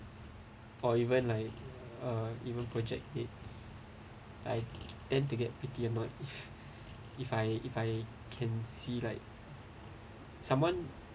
or even like uh even project it's I tend to get pretty annoyed if I if I can see like someone